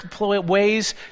ways